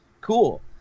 cool